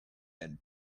and